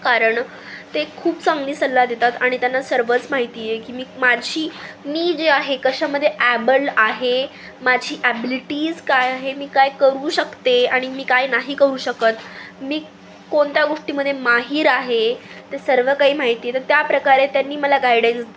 कारण ते खूप चांगली सल्ला देतात आणि त्यांना सर्वच माहिती आहे की मी माझी मी जे आहे कशामध्ये ॲबल आहे माझी ॲबिलिटीज काय आहे मी काय करू शकते आणि मी काय नाही करू शकत मी कोणत्या गोष्टीमध्ये माहीर आहे ते सर्व काही माहिती आहे तर त्याप्रकारे त्यांनी मला गायडन्स